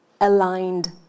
aligned